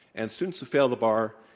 and students who fail the bar,